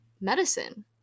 medicine